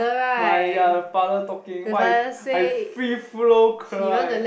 my ya the father talking !wah! I free flow cry